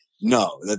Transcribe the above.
No